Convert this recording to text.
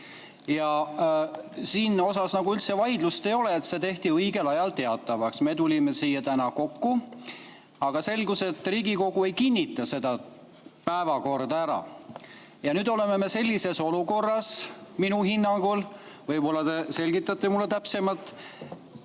Selles osas üldse vaidlust ei ole, see tehti õigel ajal teatavaks. Me tulime siia täna kokku, aga selgus, et Riigikogu ei kinnita seda päevakorda ära. Ja nüüd oleme [segases] olukorras minu hinnangul, võib-olla te selgitate mulle